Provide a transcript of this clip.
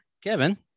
Kevin